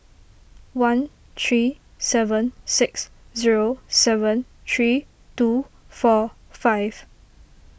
one three seven six zero seven three two four five